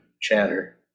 chatter